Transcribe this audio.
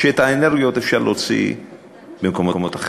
שאת האנרגיות אפשר להוציא במקומות אחרים.